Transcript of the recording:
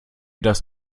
dass